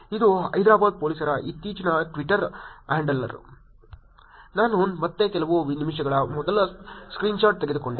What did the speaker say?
ಇದು ಹೈದರಾಬಾದ್ ಪೊಲೀಸರ ಇತ್ತೀಚಿನ ಟ್ವಿಟರ್ ಹ್ಯಾಂಡಲ್ ನಾನು ಮತ್ತೆ ಕೆಲವು ನಿಮಿಷಗಳ ಮೊದಲು ಸ್ಕ್ರೀನ್ಶಾಟ್ ತೆಗೆದುಕೊಂಡೆ